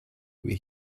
where